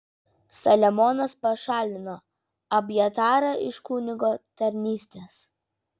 saliamonas pašalino abjatarą iš kunigo tarnystės